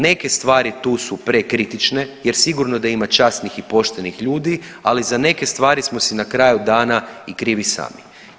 Neke stvari, tu su prekritične jer sigurno da ima časnih i poštenih ljudi, ali za neke stvari smo si na kraju dana i krivi sami.